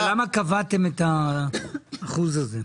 אבל למה קבעתם את האחוז הזה?